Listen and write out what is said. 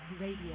Radio